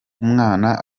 umwana